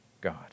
God